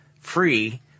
free